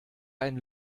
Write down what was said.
einen